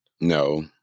No